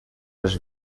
els